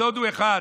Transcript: הסוד הוא אחד: